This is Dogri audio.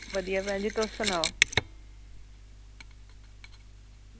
बधिया भैन जी तुस सनाओ